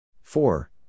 four